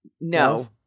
No